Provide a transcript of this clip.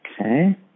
Okay